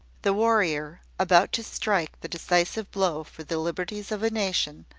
the warrior, about to strike the decisive blow for the liberties of a nation,